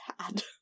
sad